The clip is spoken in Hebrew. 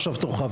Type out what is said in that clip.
עכשיו תורך,